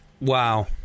wow